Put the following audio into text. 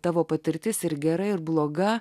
tavo patirtis ir gera ir bloga